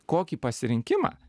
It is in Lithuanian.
kokį pasirinkimą